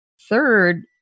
Third